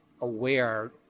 aware